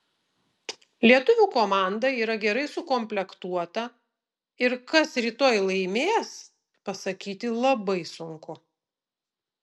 lietuvių komanda yra gerai sukomplektuota ir kas rytoj laimės pasakyti labai sunku